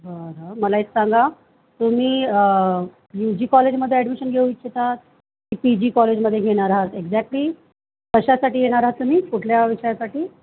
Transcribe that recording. बरं मला एक सांगा तुम्ही यू जी कॉलेजमध्ये ॲडमिशन घेऊ इच्छिता की पी जी कॉलेजमध्ये घेणार आहात एक्झॅक्टली कशासाठी येणार आहात तुम्ही कुठल्या विषयासाठी